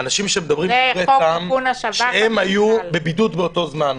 -- זה חוק תיקון השב"כ ----- אנשים שהיו בבידוד באותו זמן,